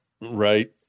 right